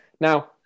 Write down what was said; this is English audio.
Now